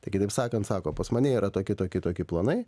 tai kitaip sakant sako pas mane yra tokie tokie tokie planai